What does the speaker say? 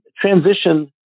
Transition